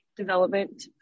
development